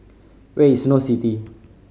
where is Snow City